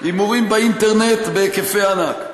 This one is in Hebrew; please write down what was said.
הימורים באינטרנט בהיקפי ענק.